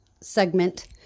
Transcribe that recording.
segment